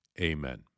Amen